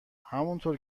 همونطور